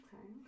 okay